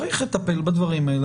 צריך לטפל בדברים האלה,